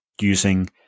using